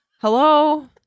Hello